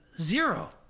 Zero